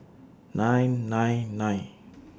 nine nine nine